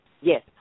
Yes